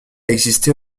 existé